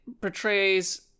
portrays